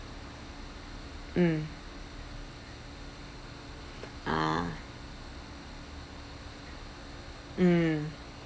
mm ah mm